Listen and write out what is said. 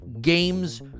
games